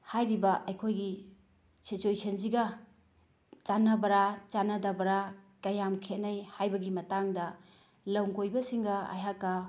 ꯍꯥꯏꯔꯤꯕ ꯑꯩꯈꯣꯏꯒꯤ ꯁꯤꯆꯨꯌꯦꯁꯟꯁꯤꯒ ꯆꯥꯟꯅꯕ꯭ꯔꯥ ꯆꯥꯟꯅꯗꯕ꯭ꯔꯥ ꯀꯌꯥꯝ ꯈꯦꯅꯩ ꯍꯥꯏꯕꯒꯤ ꯃꯇꯥꯡꯗ ꯂꯝ ꯀꯣꯏꯕꯁꯤꯡꯒ ꯑꯩꯍꯥꯛꯀ